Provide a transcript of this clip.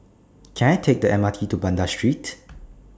Can I Take The M R T to Banda Street